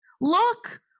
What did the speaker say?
Look